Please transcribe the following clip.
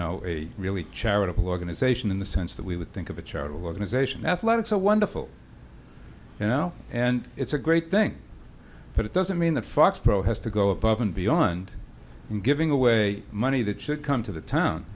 know a really charitable organization in the sense that we would think of a charitable organization athletics are wonderful you know and it's a great thing but it doesn't mean that foxboro has to go above and beyond and giving away money that should come to the town